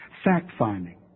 Fact-finding